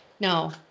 No